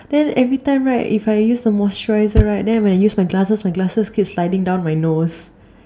then every time right if I use the moisturizer right then when I use my glasses my glasses keep sliding down my nose